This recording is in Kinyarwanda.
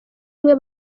umwe